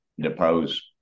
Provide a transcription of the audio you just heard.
depose